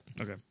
Okay